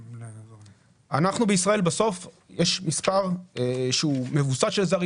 אנחנו בישראל, בסוף יש מספר שהוא ממוצע של זרים.